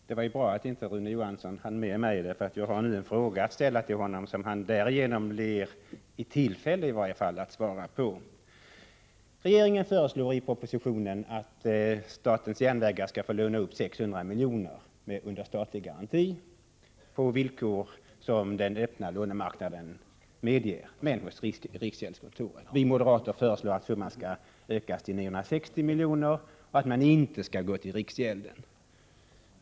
Herr talman! Det var bra att Rune Johansson inte hann replikera mig, eftersom jag har en fråga att ställa till honom som han därigenom får tillfälle att svara på. Regeringen föreslår i propositionen att statens järnvägar skall få låna 600 miljoner med statlig garanti — på villkor som den öppna lånemarknaden medger — hos riksgäldskontoret. Vi moderater föreslår att summan skall utökas till 960 miljoner och att man inte skall gå till riksgälden.